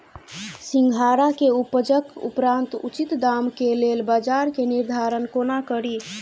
सिंघाड़ा केँ उपजक उपरांत उचित दाम केँ लेल बजार केँ निर्धारण कोना कड़ी?